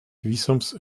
visums